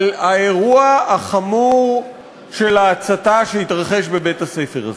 האירוע החמור של ההצתה שהתרחש בבית-הספר הזה.